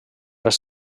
les